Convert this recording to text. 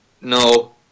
No